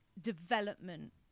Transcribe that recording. development